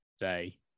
day